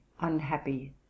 unhappy